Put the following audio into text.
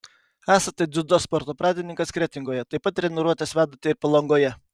esate dziudo sporto pradininkas kretingoje taip pat treniruotes vedate ir palangoje